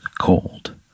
cold